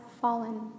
fallen